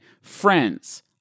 Friends